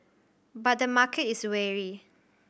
but the market is wary